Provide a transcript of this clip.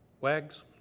Wags